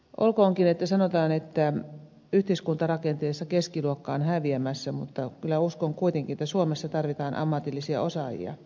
olkoonkin että sanotaan että yhteiskuntarakenteessa keskiluokka on häviämässä mutta kyllä uskon kuitenkin että suomessa tarvitaan ammatillisia osaajia